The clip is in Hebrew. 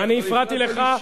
אני הפרעתי לך